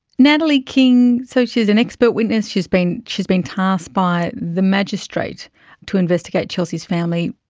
natalie king, so she is an expert witness, she's been she's been tasked by the magistrate to investigate chelsea's family,